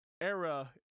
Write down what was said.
era